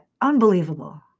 Unbelievable